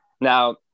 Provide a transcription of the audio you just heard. Now